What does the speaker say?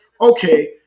okay